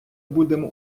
будемо